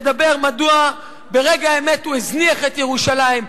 לדבר מדוע ברגע האמת הוא הזניח את ירושלים,